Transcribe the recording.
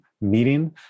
meeting